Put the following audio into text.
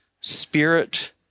spirit